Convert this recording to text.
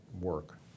work